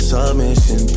Submission